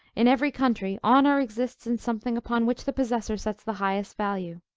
in every country, honor consists in something upon which the possessor sets the highest value.